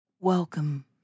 Welcome